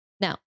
Now